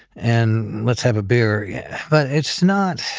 and let's have a beer. yeah but it's not.